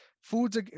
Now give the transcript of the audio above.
food's